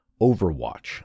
Overwatch